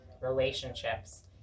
relationships